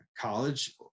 college